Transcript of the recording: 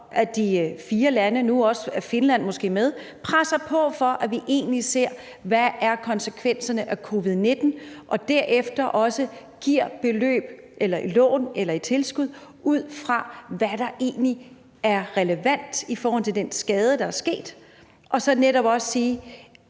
at de fire lande – nu er Finland måske med – presser på for, at vi egentlig ser, hvad konsekvenserne af covid-19 er, og derefter også giver beløb eller lån eller tilskud ud fra, hvad der egentlig er relevant i forhold til den skade, der er sket, og så netop også